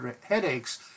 headaches